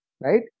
Right